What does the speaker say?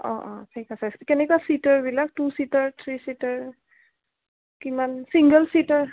অ' অ' ঠিক আছে কেনেকুৱা ছিটাৰবিলাক টু ছিটাৰ থ্ৰী ছিটাৰ কিমান ছিংগল ছিটাৰ